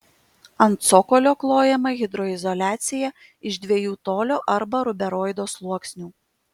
ant cokolio klojama hidroizoliacija iš dviejų tolio arba ruberoido sluoksnių